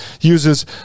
uses